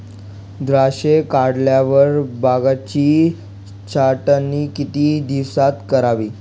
द्राक्षे काढल्यावर बागेची छाटणी किती दिवसात करावी?